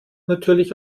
natürlich